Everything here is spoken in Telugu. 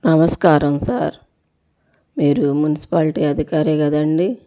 నమస్కారం సార్ మీరు మున్సిపాలిటీ అధికారి కదా అండీ